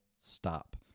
stop